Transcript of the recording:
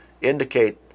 indicate